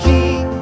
King